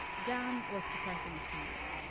down was suppressing a smirk.